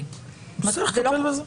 אז צריך לטפל בזה.